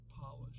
polish